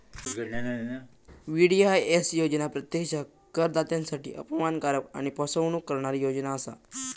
VDIS योजना प्रत्यक्षात करदात्यांसाठी अपमानकारक आणि फसवणूक करणारी योजना असा